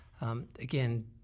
Again